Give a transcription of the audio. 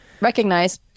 recognize